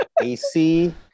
AC